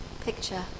picture